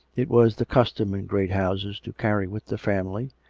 it was the custom in great houses to carry with the family,